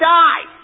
die